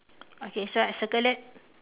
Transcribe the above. okay so I circle that